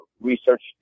research